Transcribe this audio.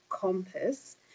compass